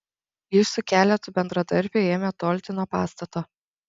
jis su keletu bendradarbių ėmė tolti nuo pastato